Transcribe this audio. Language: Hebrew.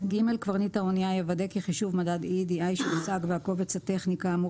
קברניט האנייה יוודא כי חישוב מדד EEDI שהושג והקובץ הטכני כאמור